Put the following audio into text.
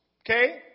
Okay